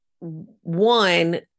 one